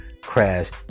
crash